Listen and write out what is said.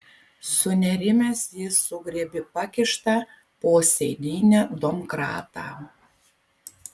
sunerimęs jis sugriebė pakištą po sėdyne domkratą